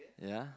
ya